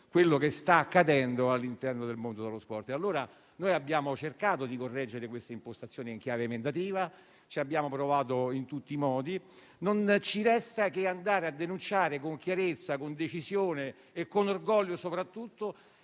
quello che sta accadendo all'interno del mondo dello sport. Abbiamo cercato di correggere questa impostazione in chiave emendativa; ci abbiamo provato in tutti i modi. Non ci resta che andare a denunciare con chiarezza, con decisione e soprattutto